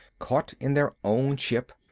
caught in their own ship,